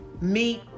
meet